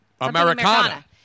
Americana